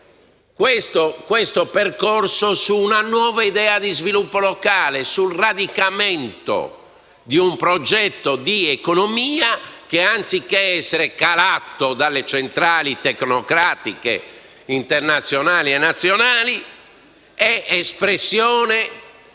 questo percorso su una nuova idea di sviluppo locale, sul radicamento di un progetto di economia che, anziché essere calata dalle centrali tecnocratiche internazionali e nazionali, è espressione